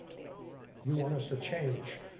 you want us to change.